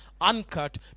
uncut